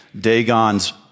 Dagon's